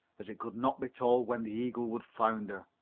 as it could not be told when the eagle would founder.